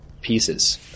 pieces